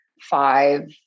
five